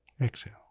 exhale